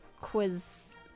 Quiz